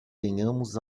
tenhamos